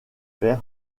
fer